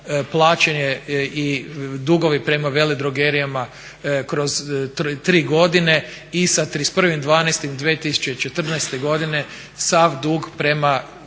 plaćanje i dugovi prema veledrogerijama kroz 3 godine i sa 31.12.2014. godine sav dug prema